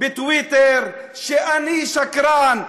בטוויטר שאני שקרן,